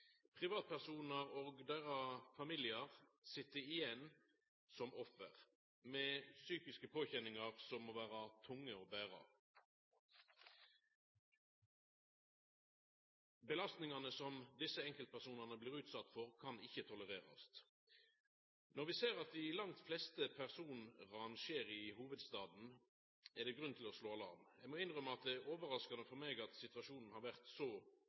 Privatpersonar og deira familiar sit igjen som offer, med psykiske påkjenningar som må vera tunge å bera. Belastingane som desse enkeltpersonane blir utsette for, kan ikkje tolererast. Når vi ser at dei langt fleste personrana skjer i hovudstaden, er det grunn til å slå alarm. Eg må innrømma at det er overraskande for meg at situasjonen har blitt så